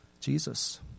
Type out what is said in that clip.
Jesus